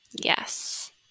Yes